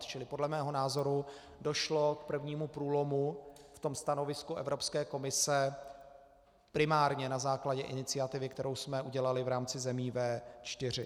Čili podle mého názoru došlo k prvnímu průlomu ve stanovisku Evropské komise primárně na základě iniciativy, kterou jsme udělali v rámci zemí V4.